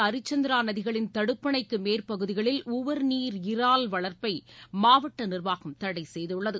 அரிச்சந்திரா நதிகளின் தடுப்பணைக்கு மேற்பகுதிகளில் உவர்நீர் இறால் வளர்ப்பை மாவட்ட நிர்வாகம் தடை செய்துள்ளது